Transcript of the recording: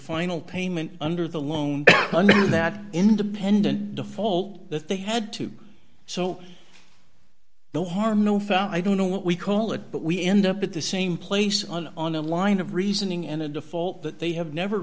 final payment under the loan under that independent default that they had to do so no harm no foul i don't know what we call it but we end up at the same place on on a line of reasoning and a default that they have never